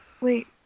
wait